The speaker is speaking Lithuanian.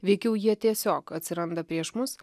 veikiau jie tiesiog atsiranda prieš mus